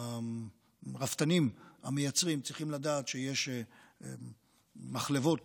הרפתנים המייצרים צריכים לדעת שיש מחלבות